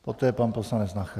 Poté pan poslanec Nacher.